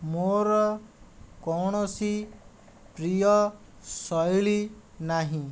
ମୋର କୌଣସି ପ୍ରିୟ ଶୈଳୀ ନାହିଁ